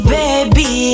baby